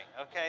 okay